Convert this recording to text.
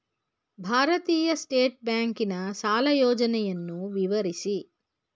ಭಾರತೀಯ ಸ್ಟೇಟ್ ಬ್ಯಾಂಕಿನ ಸಾಲ ಯೋಜನೆಯನ್ನು ವಿವರಿಸಿ?